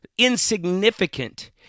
insignificant